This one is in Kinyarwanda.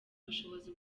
ubushobozi